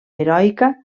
heroica